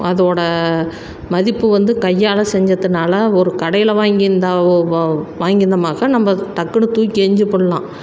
அதோடய மதிப்பு வந்து கையால் செஞ்சத்துனால் ஒரு கடையில் வாங்கி இருந்தால் வாங்கி இருந்தமாக்கா நம்ம டக்குன்னு தூக்கி எறிஞ்சிவிட்லாம்